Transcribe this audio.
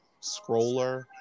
scroller